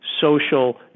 social